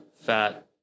fat